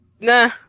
Nah